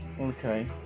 okay